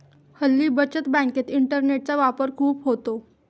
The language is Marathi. हल्ली बचत बँकेत इंटरनेटचा वापर खूप होतो